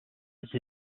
cette